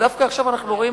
ודווקא עכשיו אנחנו רואים,